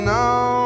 now